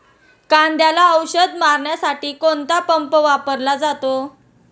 कांद्याला औषध मारण्यासाठी कोणता पंप वापरला जातो?